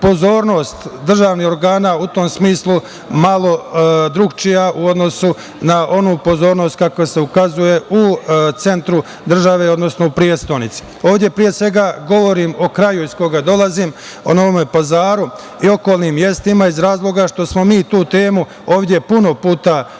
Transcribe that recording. pozornost državnih organa u tom smislu malo drukčija u odnosu na onu pozornost kakva se ukazuje u centru države, odnosno prestonici. Ovde, pre svega, govorim o kraju iz koga dolazim, o Novom Pazaru i okolnim mestima, iz razloga što smo mi tu temu ovde puno puta